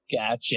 Gotcha